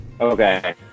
Okay